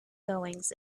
goings